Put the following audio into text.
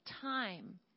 time